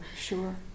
Sure